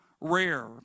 rare